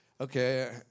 okay